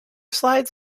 slides